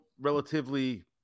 relatively